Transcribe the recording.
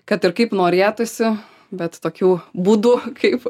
kad ir kaip norėtųsi bet tokiu būdu kaip